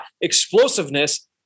explosiveness